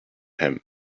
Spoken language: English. him